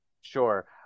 Sure